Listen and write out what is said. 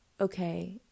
Okay